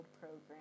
program